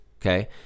okay